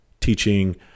teaching